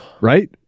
Right